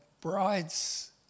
bride's